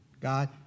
God